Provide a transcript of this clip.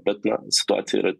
bet na situacija yra